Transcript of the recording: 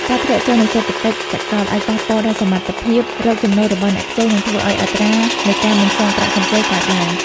ការធ្លាក់ចុះនៃសេដ្ឋកិច្ចសកលអាចប៉ះពាល់ដល់សមត្ថភាពរកចំណូលរបស់អ្នកខ្ចី និងធ្វើឱ្យអត្រានៃការមិនសងប្រាក់កម្ចីកើនឡើង។